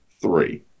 three